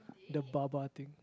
the bah bah thing